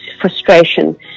frustration